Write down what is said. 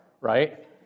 right